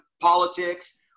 politics